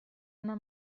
una